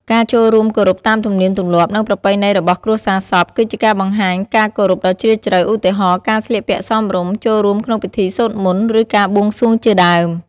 ការចូលរួមគោរពតាមទំនៀមទម្លាប់ និងប្រពៃណីរបស់គ្រួសារសព គឺជាការបង្ហាញការគោរពដ៏ជ្រាលជ្រៅ ឧទាហរណ៍ ការស្លៀកពាក់សមរម្យ ចូលរួមក្នុងពិធីសូត្រមន្ត ឬការបួងសួងជាដើម។